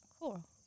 Cool